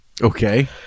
Okay